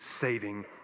saving